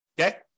Okay